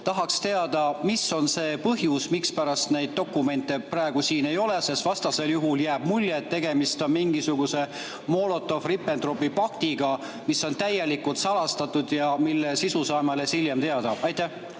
Tahaksin teada, mis on see põhjus, mispärast neid dokumente praegu siin ei ole. Vastasel juhul jääb mulje, et tegemist on mingisuguse Molotov-Ribbentropi paktiga, mis on täielikult salastatud ja mille sisu saame alles hiljem teada. Tänan,